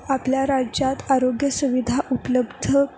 आपल्या राज्यात आरोग्य सुविधा उपलब्ध